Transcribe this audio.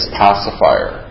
pacifier